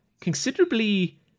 considerably